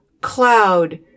cloud